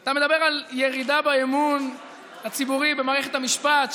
אתה מדבר על ירידה באמון הציבורי במערכת המשפט,